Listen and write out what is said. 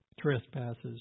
trespasses